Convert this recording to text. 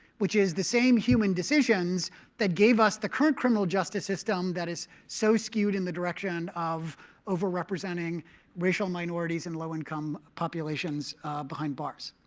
which is the same human decisions that gave us the current criminal justice system that is so skewed in the direction of over-representing racial minorities and low-income populations behind bars.